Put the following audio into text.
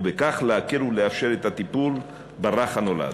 ובכך להקל ולאפשר את הטיפול ברך הנולד.